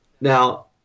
Now